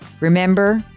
Remember